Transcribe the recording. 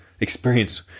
experience